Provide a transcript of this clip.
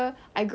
ya